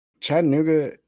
chattanooga